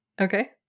Okay